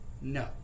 No